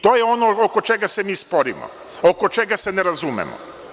To je ono oko čega se mi sporimo, oko čega se ne razumemo.